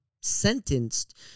sentenced